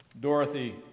Dorothy